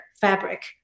fabric